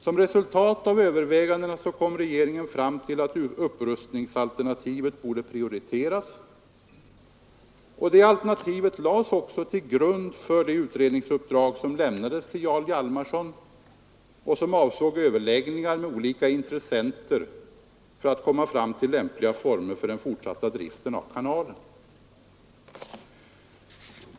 Som resultat av övervägandena kom regeringen fram till att upprustningsalternativet borde prioriteras, och det alternativet lades också till grund för det utredningsuppdrag som lämnades till Jarl Hjalmarson och som avsåg överläggningar med olika intressenter för att komma fram till lämpliga former för den fortsatta driften av kanalen.